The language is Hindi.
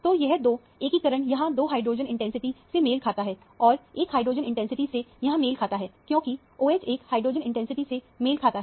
तो यह दो एकीकरण यहां दो हाइड्रोजन इंटेंसिटी से मेल खाता है और एक हाइड्रोजन इंटेंसिटी से यहां मेल खाता है क्योंकि OH एक हाइड्रोजन इंटेंसिटी से मेल खाता है